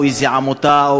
או איזו עמותה,